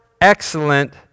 excellent